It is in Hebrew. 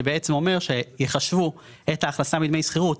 שאומר שיחשבו את ההכנסה מדמי שכירות,